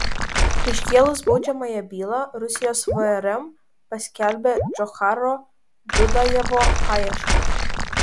iškėlus baudžiamąją bylą rusijos vrm paskelbė džocharo dudajevo paiešką